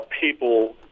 people